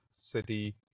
City